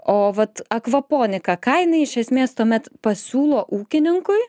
o vat akvoponika ką jinai iš esmės tuomet pasiūlo ūkininkui